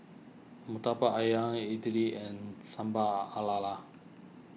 Murtabak Ayam Idly and Sambal Are Lala